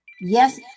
Yes